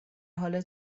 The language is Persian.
حال